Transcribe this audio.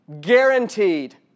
Guaranteed